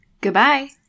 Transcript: Goodbye